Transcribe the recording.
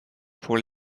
pour